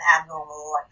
abnormal